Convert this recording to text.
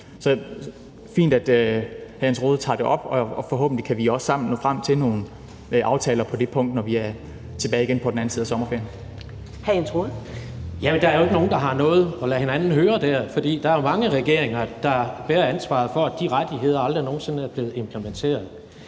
er fint, at hr. Jens Rohde tager det op, og forhåbentlig kan vi også sammen nå frem til nogle aftaler på det punkt, når vi er tilbage igen på den anden side af sommerferien. Kl. 10:23 Første næstformand (Karen Ellemann): Hr. Jens Rohde. Kl. 10:23 Jens Rohde (KD): Jamen der er jo ikke nogen, der har noget at lade hinanden høre der, for der er jo mange regeringer, der bærer ansvaret for, at de rettigheder aldrig nogen sinde er blevet implementeret.